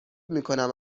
میکنم